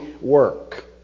work